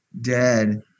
dead